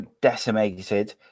decimated